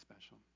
special